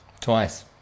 Twice